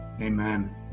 amen